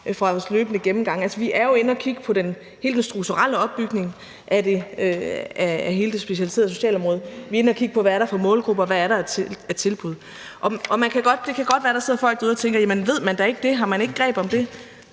fra vores løbende gennemgang. Altså, vi er jo inde at kigge på hele den strukturelle opbygning af hele det specialiserede socialområde. Vi er inde at kigge på, hvad for nogle målgrupper der er, og hvad der er af tilbud. Og det kan godt være, at der sidder folk derude og tænker: Jamen ved man da ikke det, og har man ikke greb om det?